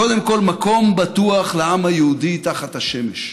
קודם כול מקום בטוח לעם היהודי תחת השמש.